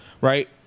right